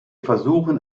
versuchen